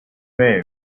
here